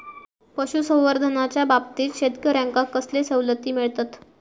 पशुसंवर्धनाच्याबाबतीत शेतकऱ्यांका कसले सवलती मिळतत?